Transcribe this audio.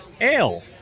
ale